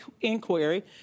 inquiry